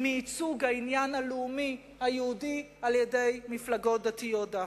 מייצוג העניין הלאומי היהודי על-ידי מפלגות דתיות דווקא.